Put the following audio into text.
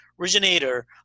originator